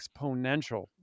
exponential